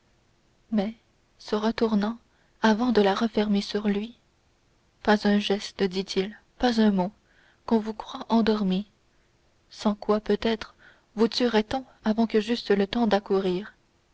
mais se retournant avant de la refermer sur lui pas un geste dit-il pas un mot qu'on vous croie endormie sans quoi peut-être vous tuerait on avant que j'eusse le temps d'accourir